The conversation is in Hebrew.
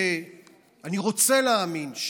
אני רוצה להאמין,